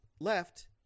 left